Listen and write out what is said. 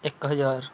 ਇੱਕ ਹਜ਼ਾਰ